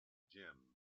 jim